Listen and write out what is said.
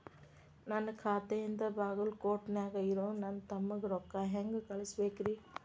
ನನ್ನ ಖಾತೆಯಿಂದ ಬಾಗಲ್ಕೋಟ್ ನ್ಯಾಗ್ ಇರೋ ನನ್ನ ತಮ್ಮಗ ರೊಕ್ಕ ಹೆಂಗ್ ಕಳಸಬೇಕ್ರಿ?